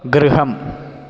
गृहम्